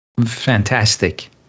Fantastic